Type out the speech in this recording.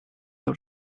out